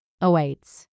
awaits